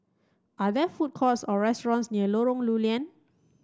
are there food courts or restaurants near Lorong Lew Lian